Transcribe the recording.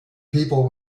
people